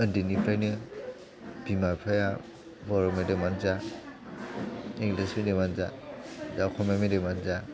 उन्दैनिफ्रायनो बिमा बिफाया बर' मिडियामानो जा इंलिस मिडियामानो जा बा असमिया मिडियामानो जा